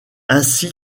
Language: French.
ainsi